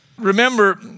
Remember